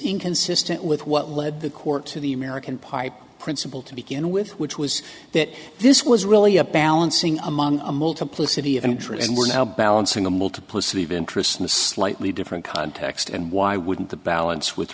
inconsistent with what led the court to the american pipe principle to begin with which was that this was really a balancing among a multiplicity of interest and we're now balancing a multiplicity of interests in a slightly different context and why wouldn't the balance with